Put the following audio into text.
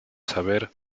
saber